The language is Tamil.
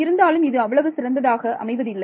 இருந்தாலும் இது அவ்வளவு சிறந்ததாக அமைவதில்லை